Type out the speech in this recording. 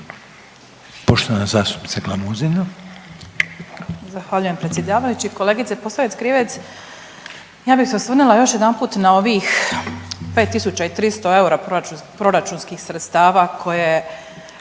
Poštovana zastupnica Glamuzina.